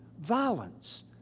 violence